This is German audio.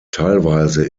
teilweise